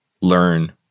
learn